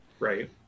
Right